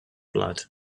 blood